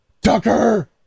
tucker